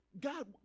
God